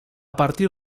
partir